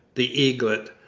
the eaglet,